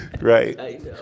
Right